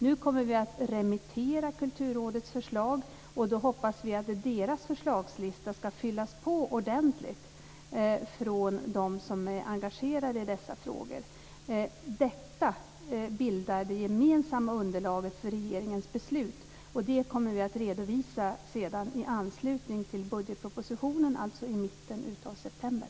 Nu kommer vi att remittera Kulturrådets förslag och då hoppas vi att deras förslagslista skall fyllas på ordentligt av dem som är engagerade i dessa frågor. Detta bildar det gemensamma underlaget för regeringens beslut. Det kommer vi att redovisa i anslutning till budgetpropositionen, alltså i mitten av september.